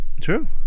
True